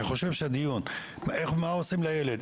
אני חושב שהדיון לגבי מה עושים לילד,